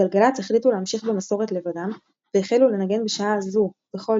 גלגלצ החליטו להמשיך במסורת לבדם והחלו לנגן בשעה זו בכל